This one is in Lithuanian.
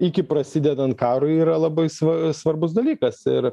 iki prasidedant karui yra labai sva svarbus dalykas ir